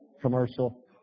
commercial